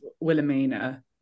Wilhelmina